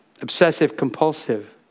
obsessive-compulsive